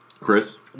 Chris